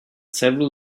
several